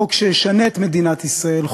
חוק שישנה את מדינת ישראל,